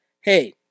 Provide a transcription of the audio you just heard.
hey